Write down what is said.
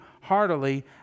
heartily